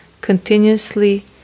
continuously